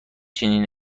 چنین